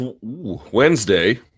wednesday